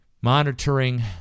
monitoring